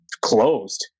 closed